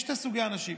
יש שני סוגי אנשים.